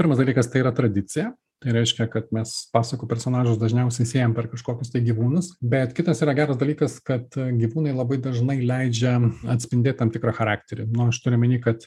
pirmas dalykas tai yra tradicija tai reiškia kad mes pasakų personažus dažniausiai siejam per kažkokius tai gyvūnus bet kitas yra geras dalykas kad gyvūnai labai dažnai leidžia atspindėt tam tikrą charakterį no aš turiu omeny kad